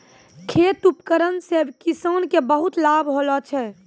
खेत उपकरण से किसान के बहुत लाभ होलो छै